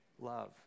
love